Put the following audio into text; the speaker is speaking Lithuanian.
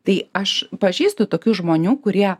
tai aš pažįstu tokių žmonių kurie